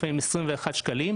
לפעמים 21 שקלים,